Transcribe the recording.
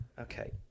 okay